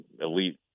elite